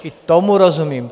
I tomu rozumím.